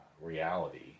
reality